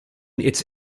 its